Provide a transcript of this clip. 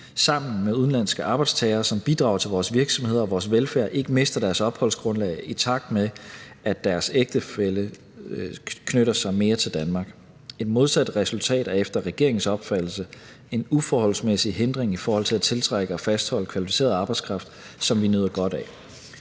sammen med den udenlandske arbejdstager, som bidrager til vores virksomheder og vores velfærd, ikke mister deres opholdsgrundlag, i takt med at deres ægtefælle knytter sig mere til Danmark. Et modsat resultat er efter regeringens opfattelse en uforholdsmæssig hindring i forhold til at tiltrække og fastholde kvalificeret arbejdskraft, som vi nyder godt af.